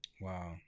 Wow